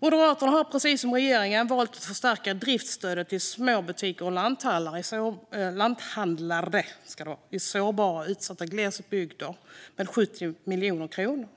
Moderaterna har, precis som regeringen, valt att förstärkta driftsstödet till små butiker och lanthandlare i sårbara och utsatta glesbygder med 70 miljoner kronor.